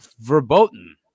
verboten